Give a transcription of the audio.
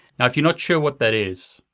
now if you're not sure what that is,